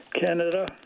Canada